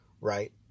right